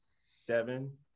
seven